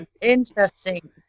Interesting